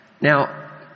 Now